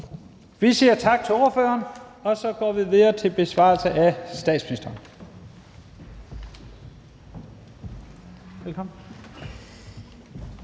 Vi siger tak til ordføreren. Så går vi videre til besvarelsen fra statsministeren. Velkommen.